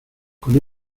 con